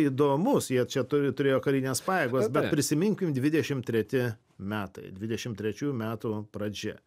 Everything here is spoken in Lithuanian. įdomus jie čia turi turėjo karinės pajėgas bet prisiminkim dvidešimt treti metai dvidešimt trečiųjų metų pradžia